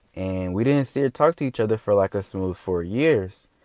and we didn't see or talk to each other for like a smooth four years.